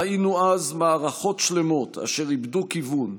ראינו אז מערכות שלמות אשר איבדו כיוון,